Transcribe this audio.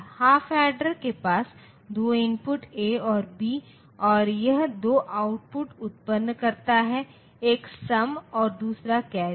half adder के पास दो इनपुट ए और बी हैं और यह दो आउटपुट उत्पन्न करता है एक सम है दूसरा कैरी है